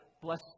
bless